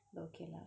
okay